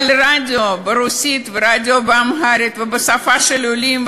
אבל הרדיו ברוסית והרדיו באמהרית ובשפה של העולים,